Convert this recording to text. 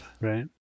Right